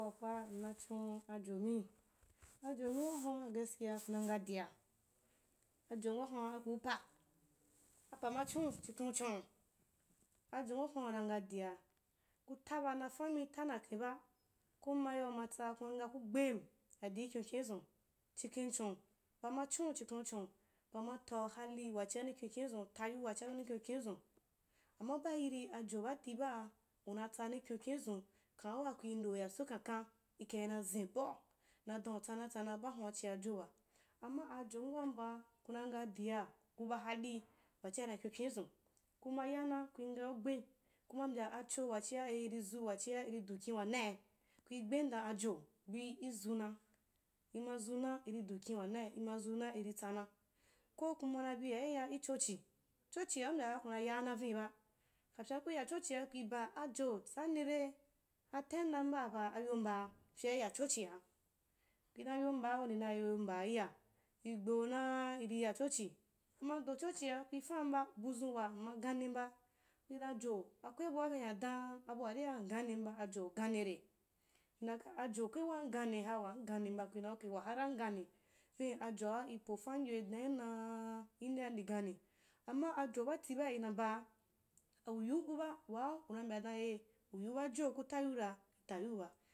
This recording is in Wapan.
Abuahwa nnachon ajomi ajomia hara gaskiya kuna ngadia, ajom wahun’a aku pa, apam a chon’u chikhen uchon’u ajom wahun’a kuna ngadia ku taba na fammi ta nakhenba, ko ma yia umatsa kuna nga ku gbem, adii ikyoukyoi’lzun chikhen m chon’u, pama chon’u pu chidon uchon’u pama tau hali wachia ni kyonkyonizun tayiu wachia ni kyoukyou’ izun, amma baa yiri ajo baati baa unatsa ni kyonkyou izua khana’a waa, kus ndeu ya so kamkan lkai na zeu baud an utsana tsana bahua chiajoba, amma ajom wam mbaaa, kuna nga dia, kuba hali wachia ina kyonkyon’izun, kuma yana kai ngaugbem, kuma mbya acho wachia lzu wachia lri du kin wanai kui gbem dana jo izun a, ima zuna irin u kin wana ilma zuna iri tsana, ko kuma na bia yaya lchochi, chochia u mbyaa kuna yaana viniba, kapyin’a ku ya chochia kui ba, ajo tsanni dei? Aatem da mbaapa ayo mbaa kyea iya chochia, ndi dan yo mbaa ko, ku dan yo mbaa, iyai kui gbeu naa iri ya chochi, ima do chochia kuikam ba, buzun wa mma ganemba ku dan jo, akwe bua behyan dan’a abua ria ngammba, ajo u ganire? Ndan ka ajo akwe waa nganiha waa nganimba kui dan ok wa hara ngane, se ajoa ipopanyo l dan yim naaa ndea ndi gani, amma ajo baati baalna baa, uyiukuba waa, una mbya dan eh uyiuba joo ku tayiura ku ta yiuba